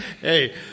Hey